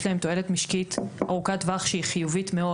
להן תועלת משקית ארוכת טווח שהיא חיובית מאוד.